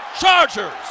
Chargers